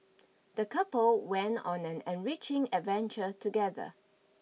the couple went on an enriching adventure together